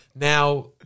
Now